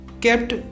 Kept